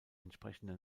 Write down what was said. entsprechende